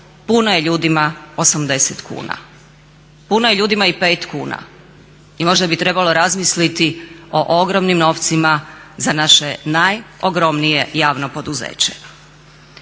puno je ljudima 80 kuna. Puno je ljudima i 5 kuna i možda bi trebalo razmisliti o ogromnim novcima za naše najogromnije javno poduzeće.